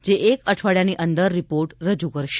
જે એક અઠવાડીયાની અંદર રિપોર્ટ રજૂ કરશે